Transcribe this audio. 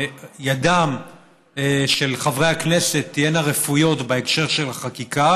שידם של חברי הכנסת תהיינה רפויות בהקשר של החקיקה